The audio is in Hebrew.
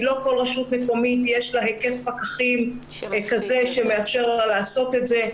כי לא לכל רשות מקומית יש היקף פקחים כזה שמאפשר לה לעשות את זה,